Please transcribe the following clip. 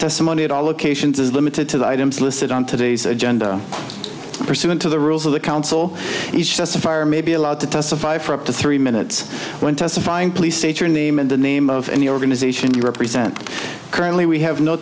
testimony at all occasions is limited to the items listed on today's agenda pursuant to the rules of the counsel each testify or maybe allowed to testify for up to three minutes when testifying please state your name and the name of any organization you represent currently we have no